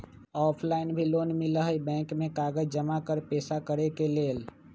Offline भी loan मिलहई bank में कागज जमाकर पेशा करेके लेल?